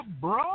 bro